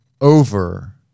over